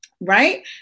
right